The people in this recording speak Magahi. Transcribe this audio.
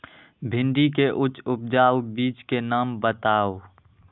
भिंडी के उच्च उपजाऊ बीज के नाम बताऊ?